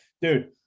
Dude